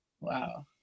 wow